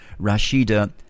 Rashida